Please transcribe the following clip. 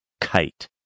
kite